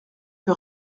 que